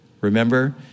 Remember